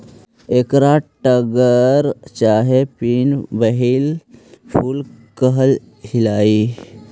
एकरा टगर चाहे पिन व्हील फूल कह हियई